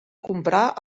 comprar